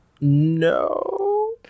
No